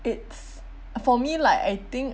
it's for me like I think uh